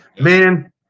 man